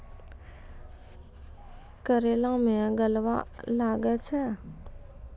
करेला मैं गलवा लागे छ?